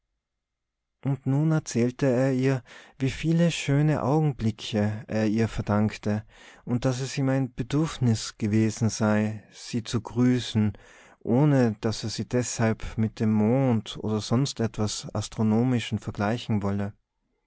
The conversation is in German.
und nun erzählte er ihr wie viele schöne augenblicke er ihr schon verdankte und daß es ihm ein bedürfnis gewesen sei sie zu grüßen ohne daß er sie deshalb mit dem mond oder sonst etwas astronomischem vergleichen wolle